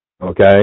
okay